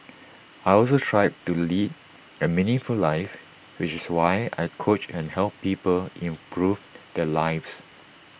I also strive to lead A meaningful life which is why I coach and help people improve their lives